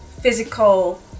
physical